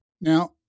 Now